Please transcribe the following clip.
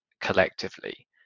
collectively